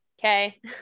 Okay